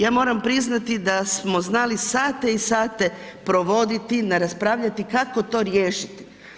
Ja moram priznati da smo znali sate i sate provoditi, na raspravljati kako ti riješiti.